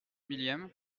millième